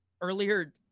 earlier